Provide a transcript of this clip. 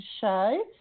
show